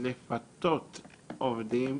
לפתות עובדים,